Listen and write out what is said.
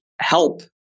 help